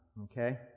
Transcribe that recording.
Okay